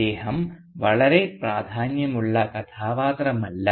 അദ്ദേഹം വളരെ പ്രാധാന്യമുള്ള കഥാപാത്രമല്ല